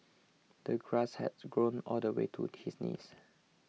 the grass had grown all the way to his knees